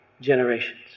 generations